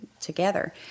together